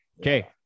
Okay